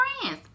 friends